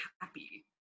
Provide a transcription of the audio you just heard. happy